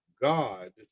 God